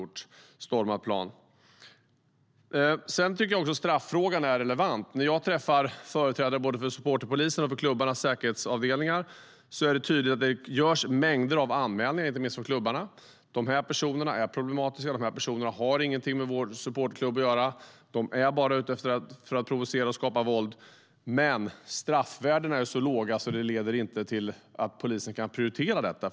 Register över till-trädesförbud vid idrottsarrangemang Jag tycker också att straffrågan är relevant. När jag träffar företrädare för supporterpolisen och för klubbarnas säkerhetsavdelningar är det tydligt att det görs mängder av anmälningar, inte minst från klubbarna. De här personerna är problematiska och har ingenting med supporterklubben att göra. De är bara ute efter att provocera och skapa våld, men straffvärdena är så låga så det leder inte till att polisen kan prioritera detta.